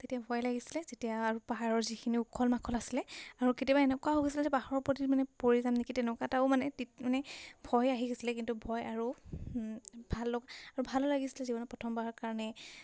তেতিয়া ভয় লাগিছিলে যেতিয়া আৰু পাহাৰৰ যিখিনি উখল মাখল আছিলে আৰু কেতিয়াবা এনেকুৱা হৈ গৈছিলে যে পাহাৰৰ ওপৰত মানে পৰি যাম নেকি তেনেকুৱা এটাও মানে টি মানে ভয় আহি গৈছিলে কিন্তু ভয় আৰু ভাল আৰু ভালো লাগিছিলে জীৱনত প্ৰথমবাৰ কাৰণে